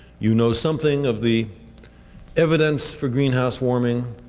you know something of the evidence for greenhouse warming,